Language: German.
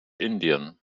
indien